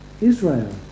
Israel